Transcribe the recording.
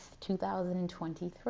2023